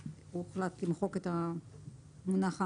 החלטנו למחוק את המילים "האמנה"